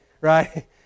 right